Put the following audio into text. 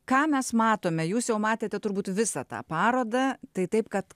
ką mes matome jūs jau matėte turbūt visą tą parodą tai taip kad